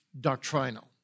doctrinal